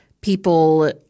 people